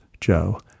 Joe